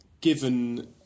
given